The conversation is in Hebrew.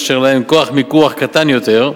אשר להם כוח מיקוח קטן יותר,